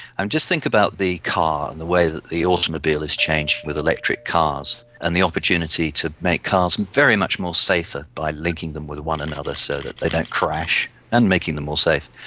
um just think about the car and the way that the automobile has changed with electric cars and the opportunity to make cars very much more safer by linking them with one another so that they don't crash, and making them more safe.